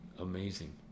amazing